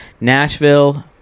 Nashville